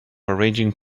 arranging